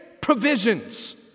provisions